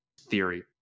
theory